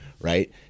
right